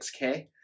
6k